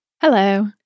Hello